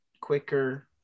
quicker